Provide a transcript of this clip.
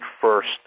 first